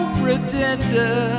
pretender